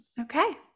Okay